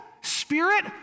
spirit